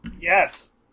Yes